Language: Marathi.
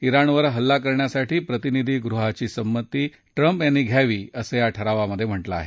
्ञाणवर हल्ला करण्यासाठी प्रतिनिधी गृहाची संमती ट्रम्प यांनी घ्यावी असं या ठरावात म्हटलं आहे